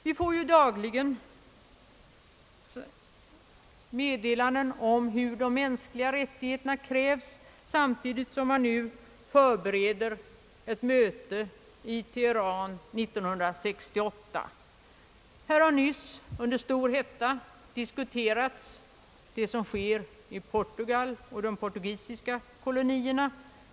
Vi får dagligen meddelanden om hur de mänskliga rättigheterna kvävs, samtidigt som man nu förbereder mötet i Teheran 1968. Här har nyss under stor hetta diskuterats vad som sker i Portugal och de portugisiska kolonierna.